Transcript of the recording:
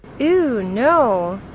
eww, no.